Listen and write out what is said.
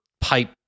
pipe